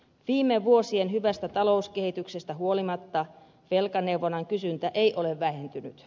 viime vuosien hyvästä talouskehityksestä huolimatta velkaneuvonnan kysyntä ei ole vähentynyt